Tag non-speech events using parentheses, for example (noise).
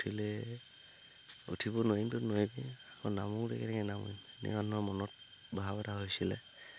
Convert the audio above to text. উঠিলে উঠিব নোৱাৰিমটো নোৱাৰিম আকৌ নামো (unintelligible)